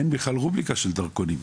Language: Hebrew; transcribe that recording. אין בכלל רובריקה של דרכונים.